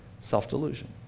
self-delusion